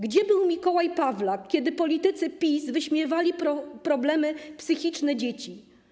Gdzie był Mikołaj Pawlak, kiedy politycy PiS wyśmiewali problemy psychiczne dzieci?